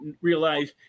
realize